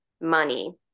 money